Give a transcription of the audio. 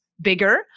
bigger